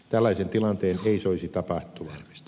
tällaisen tilanteen ei soisi toteutuvan